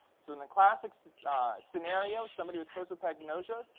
so in the classic scenario, somebody with prosopagnosia,